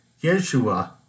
yeshua